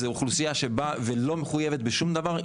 זה אוכלוסייה שבאה ולא מחויבת בשום דבר.